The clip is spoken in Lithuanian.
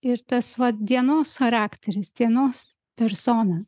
ir tas vat dienos charakteris dienos persona